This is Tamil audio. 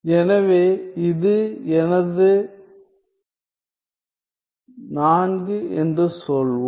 எனவே இது எனது 4 என்று சொல்வோம்